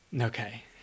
Okay